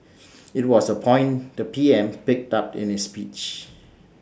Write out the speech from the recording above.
IT was A point the P M picked up in his speech